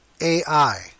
AI